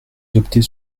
adopter